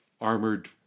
armored